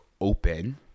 open